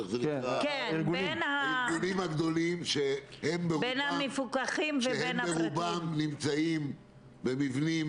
הארגונים הגדולים שהם ברובם נמצאים במבנים